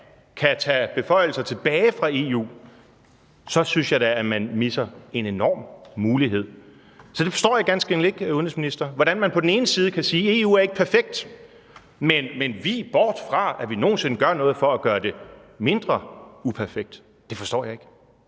kan tage beføjelser tilbage fra EU, så synes jeg da, at man misser en enorm mulighed. Så det forstår jeg ganske enkelt ikke, udenrigsminister, altså hvordan man på den ene side kan sige, at EU ikke er perfekt, men på den anden side viger bort fra, at vi nogen sinde gør noget for at gøre det mindre uperfekt. Det forstår jeg ikke.